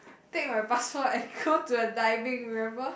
take my passport and go to the diving remember